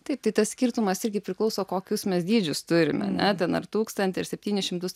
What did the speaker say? taip tai tas skirtumas irgi priklauso kokius mes dydžius turime ane ten ar tūkstantį ar septynis šimtus